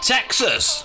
Texas